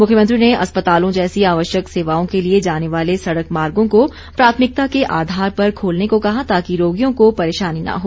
मुख्यमंत्री ने अस्पतालों जैसी आवश्यक सेवाओं के लिए जाने वाले सड़क मार्गो को प्राथमिकता के आधार पर खोलने को कहा ताकि रोगियों को परेशानी न हो